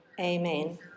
amen